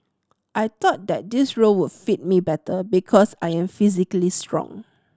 I thought that this role would fit me better because I am physically strong